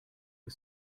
que